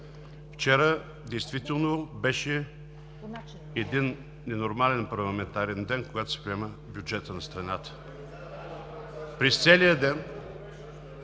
вчера действително беше един ненормален парламентарен ден, когато се приема бюджетът на страната. През целия ден